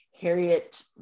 Harriet